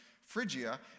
Phrygia